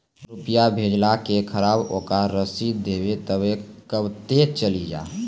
रुपिया भेजाला के खराब ओकरा रसीद देबे तबे कब ते चली जा?